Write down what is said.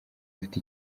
bafite